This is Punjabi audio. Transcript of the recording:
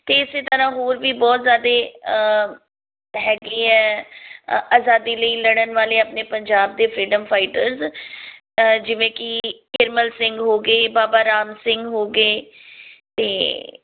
ਅਤੇ ਇਸ ਤਰ੍ਹਾਂ ਹੋਰ ਵੀ ਬਹੁਤ ਜ਼ਿਆਦਾ ਹੈਗੇ ਹੈ ਆਜ਼ਾਦੀ ਲਈ ਲੜਨ ਵਾਲੇ ਆਪਣੇ ਪੰਜਾਬ ਦੇ ਫਰੀਡਮ ਫਾਈਟਰਸ ਜਿਵੇਂ ਕਿ ਕਿਰਮਲ ਸਿੰਘ ਹੋ ਗਏ ਬਾਬਾ ਰਾਮ ਸਿੰਘ ਹੋ ਗਏ ਅਤੇ